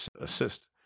assist